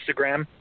Instagram